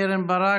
קרן ברק,